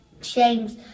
James